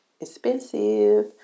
expensive